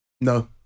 No